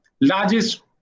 largest